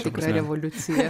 tikra revoliucija